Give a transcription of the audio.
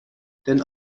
denn